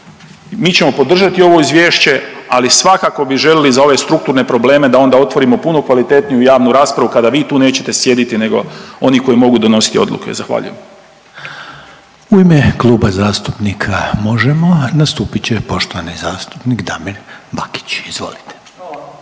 Mi ćemo podržati ovo izvješće, ali svakako bi želili za ove strukturne probleme da onda otvorimo puno kvalitetniju javnu raspravu kada vi tu nećete sjediti nego oni koji mogu donositi odluke, zahvaljujem. **Reiner, Željko (HDZ)** U ime Kluba zastupnika Možemo! nastupit će poštovani zastupnik Damir Bakić, izvolite.